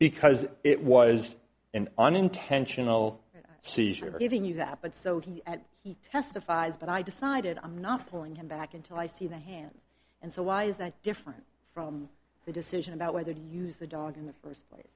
because it was an unintentional seizure giving you that but so did he testifies but i decided i'm not pulling him back until i see the hands and so why is that different from the decision about whether to use the dog in the first place